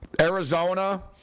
Arizona